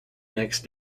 next